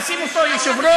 לשים אותו יושב-ראש,